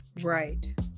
Right